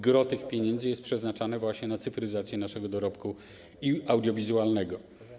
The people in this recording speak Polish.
Gros tych pieniędzy jest przeznaczane właśnie na cyfryzację naszego dorobku audiowizualnego.